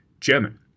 German